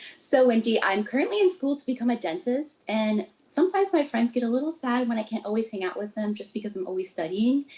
so wendy, i'm currently in school to become a dentist and sometimes my friends get a little sad when i can't always hang out with them, just because i'm always studying.